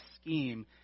scheme